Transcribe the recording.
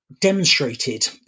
demonstrated